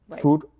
food